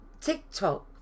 TikTok